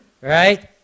Right